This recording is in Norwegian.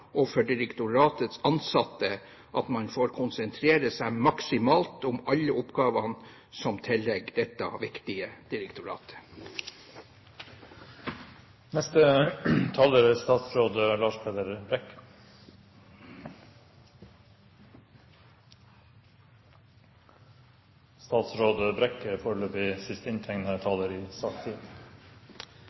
og for direktoratets ansatte at man får konsentrere seg maksimalt om alle oppgavene som tilligger dette viktige direktoratet. Riksrevisjonens rapport er et viktig innspill til Sjøfartsdirektoratets arbeid for kontinuerlig å forbedre saksbehandlingen. En rekke tiltak er allerede satt i